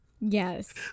yes